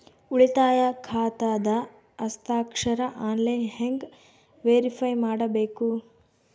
ಉಳಿತಾಯ ಖಾತಾದ ಹಸ್ತಾಕ್ಷರ ಆನ್ಲೈನ್ ಹೆಂಗ್ ವೇರಿಫೈ ಮಾಡಬೇಕು?